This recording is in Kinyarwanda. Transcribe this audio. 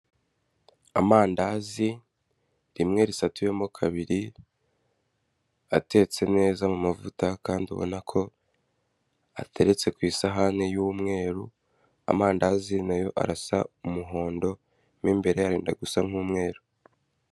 Amandazi, rimwe risatuyemo kabiri, atetse neza mu mavuta kandi ubona ko ateretse ku isahani y'umweru, amandazi nayo arasa umuhondo mu imbere harenda gusa nk'umweru.